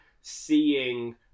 seeing